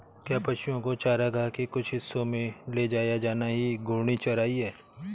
क्या पशुओं को चारागाह के कुछ हिस्सों में ले जाया जाना ही घूर्णी चराई है?